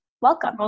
Welcome